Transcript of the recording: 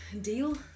deal